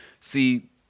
See